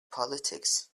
politics